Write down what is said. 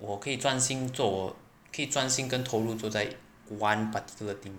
我可以专心做我可以专心跟投入做在 one particular thing mah